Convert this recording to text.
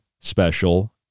special